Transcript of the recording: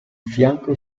fianco